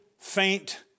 Faint